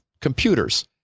computers